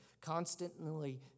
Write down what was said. constantly